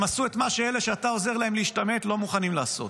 הם עשו את מה שאלה שאתה עוזר להם להשתמט לא מוכנים לעשות.